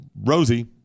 Rosie